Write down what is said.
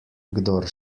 kdor